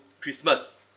Christmas